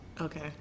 Okay